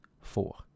Four